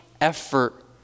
effort